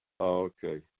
okay